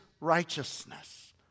righteousness